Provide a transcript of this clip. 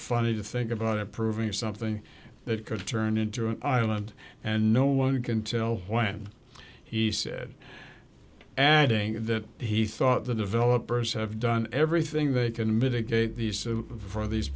funny to think about approving something that could turn into an island and no one can tell when he said adding that he thought the developers have done everything they can mitigate these for these